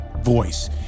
voice